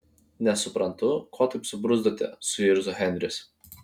nesuprantu ko taip subruzdote suirzo henris